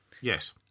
Yes